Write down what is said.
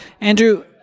Andrew